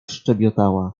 szczebiotała